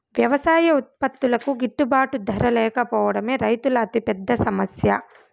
వ్యవసాయ ఉత్పత్తులకు గిట్టుబాటు ధర లేకపోవడమే రైతుల అతిపెద్ద సమస్య